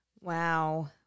Wow